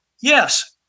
yes